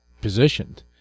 positioned